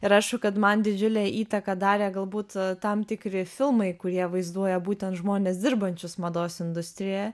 ir aišku kad man didžiulę įtaką darė galbūt tam tikri filmai kurie vaizduoja būtent žmones dirbančius mados industrijoje